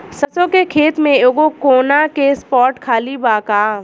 सरसों के खेत में एगो कोना के स्पॉट खाली बा का?